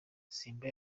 simba